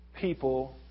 people